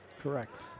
Correct